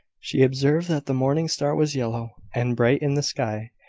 she observed that the morning star was yellow and bright in the sky.